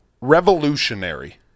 revolutionary